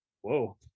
whoa